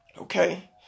Okay